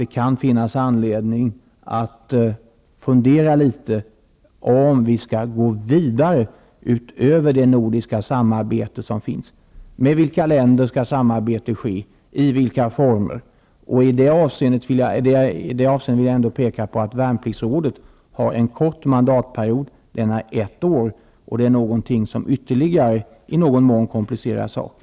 Det kan finnas anledning att fundera litet över om vi skall gå vidare utöver det nordiska samarbete som finns. Med vilka länder skall samarbete ske och i vilka former? I det avseendet vill jag peka på att värnpliktsrådet har en kort mandatperiod. Den är ett år, och det komplicerar saken ytterligare.